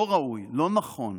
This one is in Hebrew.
לא ראוי, לא נכון,